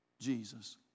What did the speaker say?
Jesus